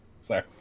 Sorry